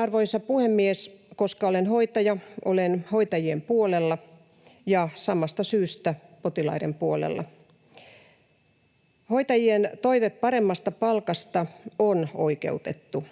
Arvoisa puhemies! Koska olen hoitaja, olen hoitajien puolella, ja samasta syystä potilaiden puolella. Hoitajien toive paremmasta palkasta on oikeutettu.